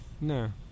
No